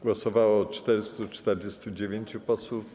Głosowało 449 posłów.